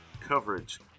coverage